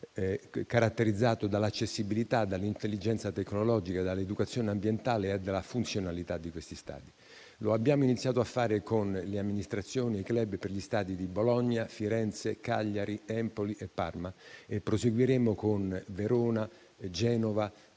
caratterizzato dall'accessibilità, dall'intelligenza tecnologica, dall'educazione ambientale e dalla funzionalità. Lo abbiamo iniziato a fare con le amministrazioni e i *club* per gli stadi di Bologna, Firenze, Cagliari, Empoli e Parma e proseguiremo con Verona, Genova,